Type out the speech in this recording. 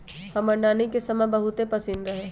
हमर नानी के समा बहुते पसिन्न रहै